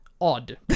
Odd